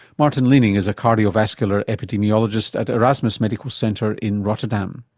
maarten leening is a cardiovascular epidemiologist at erasmus medical centre in rotterdam.